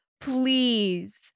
please